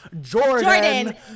Jordan